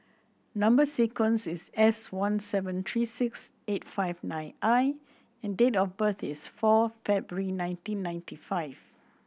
number sequence is S one seven three six eight five nine I and date of birth is four February nineteen ninety five